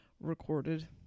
recorded